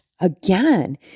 again